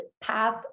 path